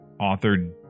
authored